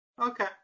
Okay